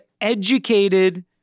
educated